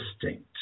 distinct